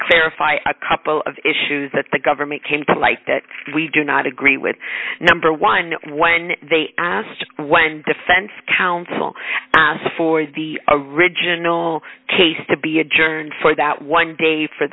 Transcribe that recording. clarify a couple of issues that the government came to light that we do not agree with number one when they asked when defense counsel asked for the original case to be adjourned for that one day for